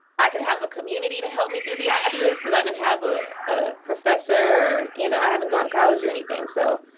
i can have a community to help me through the ideas. because i don't and have a ah professor. you know i haven't gone to college or anything. so